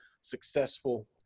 successful